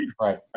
Right